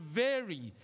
vary